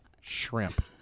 shrimp